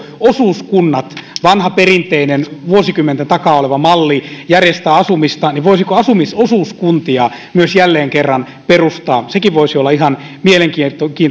osuuskunnat vanha perinteinen vuosikymmenten takaa oleva malli järjestää asumista voisiko asumisosuuskuntia myös jälleen kerran perustaa sekin voisi olla ihan mielenkiintoinen